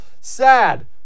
Sad